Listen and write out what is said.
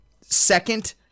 second